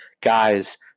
guys